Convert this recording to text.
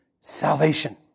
salvation